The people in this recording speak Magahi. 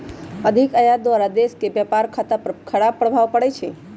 अधिक आयात द्वारा देश के व्यापार खता पर खराप प्रभाव पड़इ छइ